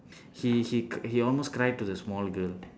he he c~ he almost cried to the small girl